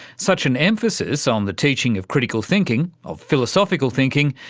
such an emphasis on the teaching of critical thinking, of philosophical thinking,